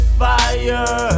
fire